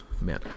man